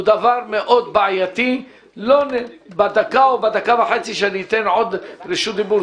זה דבר מאוד בעייתי ובדקה או בדקה וחצי שאני אתן רשות דיבור,